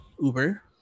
uber